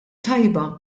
tajba